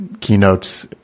keynotes